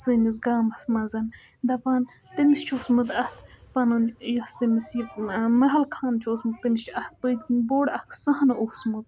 سٲنِس گامَس منٛز دَپان تٔمِس چھُ اوسمُت اَتھ پَنُن یۄس تٔمِس یہِ محل خان چھُ اوسمُت تٔمِس چھُ اَتھ پٔتۍ کِنۍ بوٚڈ اَکھ سَہَن اوسمُت